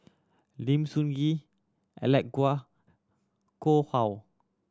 Lim Sun Gee Alec Kuok Koh How